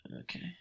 Okay